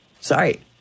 Sorry